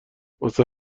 واسه